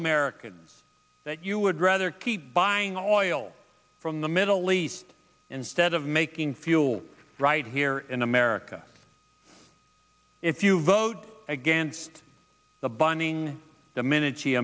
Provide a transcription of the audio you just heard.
americans that you would rather keep buying all you will from the middle east instead of making fuel right here in america if you vote against the binding the minute she